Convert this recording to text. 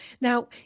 Now